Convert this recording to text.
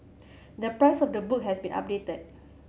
the price of the book has been updated